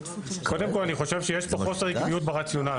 קודם כל, אני חושב שיש פה חוסר עקביות ברציונל.